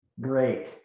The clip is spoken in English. great